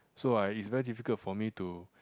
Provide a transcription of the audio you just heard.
so I it's very difficult for me to